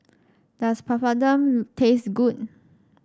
does Papadum taste good